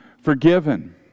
forgiven